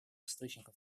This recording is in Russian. источником